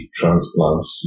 transplants